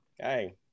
Hey